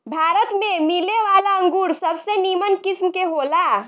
भारत में मिलेवाला अंगूर सबसे निमन किस्म के होला